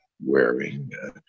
wearing